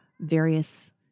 various